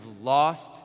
lost